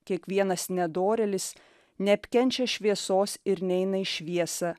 kiekvienas nedorėlis neapkenčia šviesos ir neina į šviesą